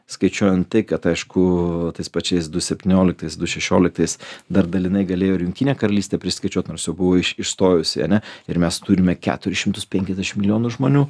skaičiuojant tai kad aišku tais pačiais du septynioliktais du šešioliktais dar dalinai galėjo ir jungtinė karalystė priskaičiuoti nors buvo iš išstojusi ane ir mes turime keturis šimtus penkiasdešimt milijonų žmonių